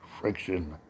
friction